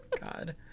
God